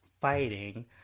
fighting